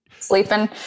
sleeping